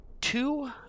two